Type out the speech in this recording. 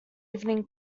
evening